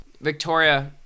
Victoria